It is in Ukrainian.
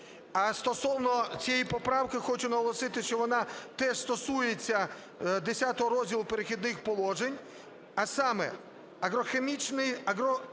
А стосовно цієї поправки хочу наголосити, що вона теж стосується десятого розділу "Перехідних положень", а саме: "Агрохімічний